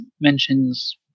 mentions